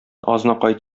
азнакай